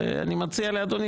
ואני מציע לאדוני,